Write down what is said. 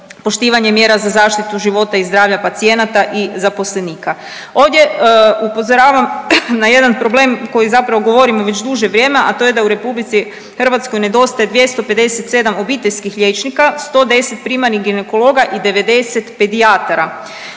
poštivanje mjera za zaštitu života i zdravlja pacijenata i zaposlenika. Ovdje upozoravam na jedan problem koji zapravo govorimo već duže vrijeme, a to je da u RH nedostaje 257 obiteljskih liječnika, 110 primarnih ginekologa i 90 pedijatara.